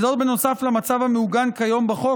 וזאת נוסף למצב המעוגן כיום בחוק,